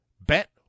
Bet